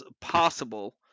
possible